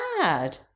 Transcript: Bad